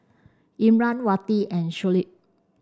Imran Wati and Shuli